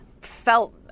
felt